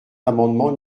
l’amendement